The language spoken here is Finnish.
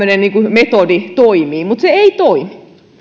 toimii mutta se ei toimi